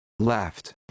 left